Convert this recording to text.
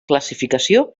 classificació